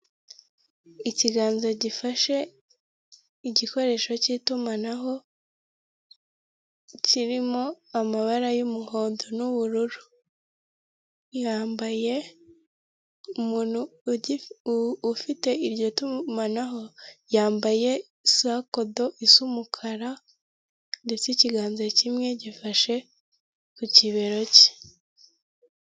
Ikiganza gifashe igikoresho k'itumanaho kirimo amabara y'umuhondo n'ubururu, yambaye umuntu ufite iryo tumanaho yambaye sakodo isa umukara, ndetse ikiganza kimwe gifashe ku kibero cye.